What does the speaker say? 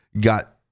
got